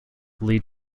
lead